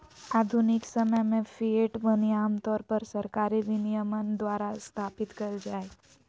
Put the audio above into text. आधुनिक समय में फिएट मनी आमतौर पर सरकारी विनियमन द्वारा स्थापित कइल जा हइ